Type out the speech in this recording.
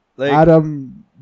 Adam